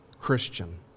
Christian